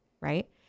Right